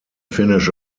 finish